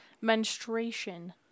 menstruation